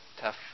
tough